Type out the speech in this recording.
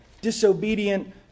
disobedient